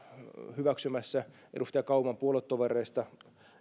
hyväksymässä edustaja kauman puoluetovereista